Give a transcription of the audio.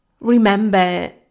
remember